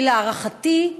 כי להערכתי,